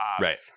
Right